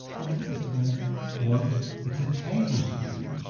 what is it mr. duncan come on it's a tablespoon